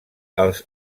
els